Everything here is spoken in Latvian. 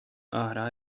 ārā